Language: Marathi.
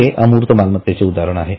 हे अमूर्त मालमत्तेचे उदाहरण आहे